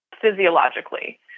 physiologically